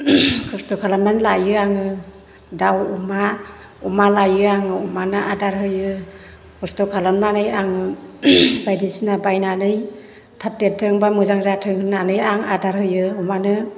खस्थ' लामनानै लायो आङो दाउ अमा अमा लायो आङो अमानो आदार होयो खस्थ' खालामनानै आङो बायदिसिना बायनानै थाब देरथों बा मोजां जाथों होन्नानै आं आदार होयो अमानो